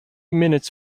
minutes